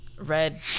red